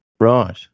Right